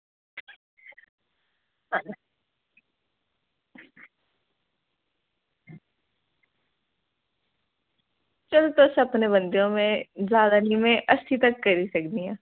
तुस अपने बंदे ओ में जादै अस्सीं धोड़ी करी सकदी आं